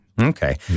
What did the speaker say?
Okay